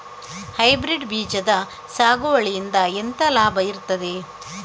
Hybrid ಬೀಜದ ಸಾಗುವಳಿಯಿಂದ ಎಂತ ಲಾಭ ಇರ್ತದೆ?